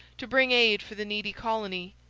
to bring aid for the needy colony.